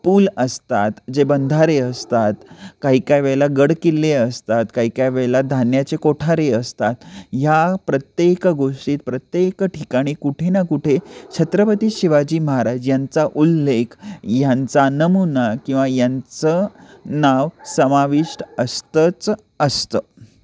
पूल असतात जे बंधारे असतात काही काय वेळेला गडकिल्ले असतात काही काय वेळेला धान्याचे कोठारे असतात ह्या प्रत्येक गोष्टीत प्रत्येक ठिकाणी कुठे ना कुठे छत्रपती शिवाजी महाराज यांचा उल्लेख यांचा नमूना किंवा यांचं नाव समाविष्ट असतंच असतं